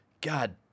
God